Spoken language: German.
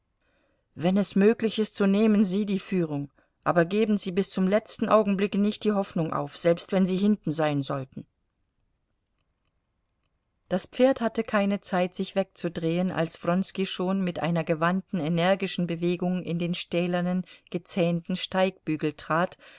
wenn es möglich ist so nehmen sie die führung aber geben sie bis zum letzten augenblicke nicht die hoffnung auf selbst wenn sie hinten sein sollten das pferd hatte keine zeit sich wegzudrehen als wronski schon mit einer gewandten energischen bewegung in den stählernen gezähnten steigbügel trat